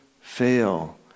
fail